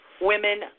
Women